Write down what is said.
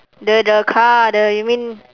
the the car the you mean